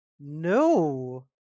No